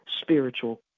spiritual